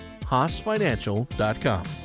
HaasFinancial.com